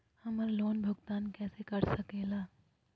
हम्मर लोन भुगतान कैसे कर सके ला?